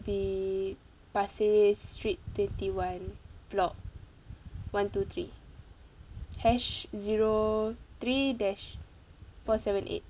be pasir ris street twenty one block one two three hash zero three dash four seven eight